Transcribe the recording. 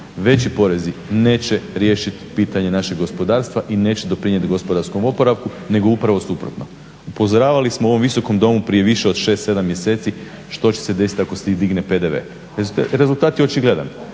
veći porezi neće riješiti pitanje našeg gospodarstva i neće doprinijeti gospodarskom oporavku nego upravo suprotno. Upozoravali smo u ovom visokom domu prije više od šest, sedam mjeseci što će se dogoditi ako se digne PDV. Rezultat je očigledan.